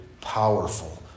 powerful